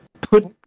put